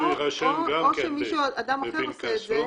או שאדם אחר עושה את זה